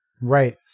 Right